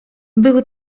był